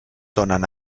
donen